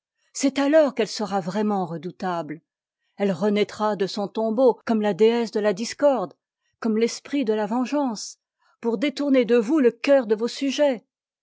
c'est alors qu'elle sera vraiment redoutable elle renaîtra de son tombeau comme la déesse de la discorde comme l'esprit de la vengeance pour détourner de vous le cœur de vos sujets